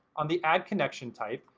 on the add connection type,